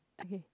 okay